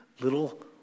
little